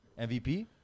MVP